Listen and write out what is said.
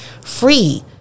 free